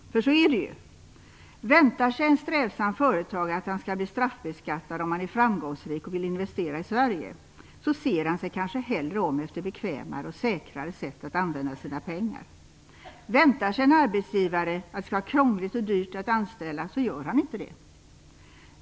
För så är det ju. Väntar sig en strävsam företagare att han skall bli straffbeskattad om han är framgångsrik och vill investera i Sverige ser han sig kanske hellre om efter bekvämare och säkrare sätt att använda sina pengar. Väntar sig en arbetsgivare att det skall vara krångligt och dyrt att anställa gör han inte det.